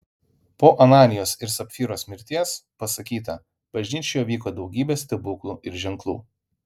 po ananijos ir sapfyros mirties pasakyta bažnyčioje vyko daugybė stebuklų ir ženklų